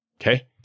Okay